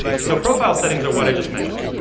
so profile settings are what i just mentioned.